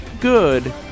good